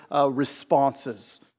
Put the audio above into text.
responses